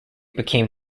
became